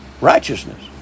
Righteousness